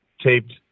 taped